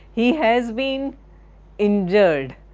he has been injured.